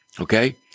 okay